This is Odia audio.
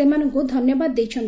ସେମାନଙ୍କୁ ଧନ୍ୟବାଦ ଦେଇଛନ୍ତି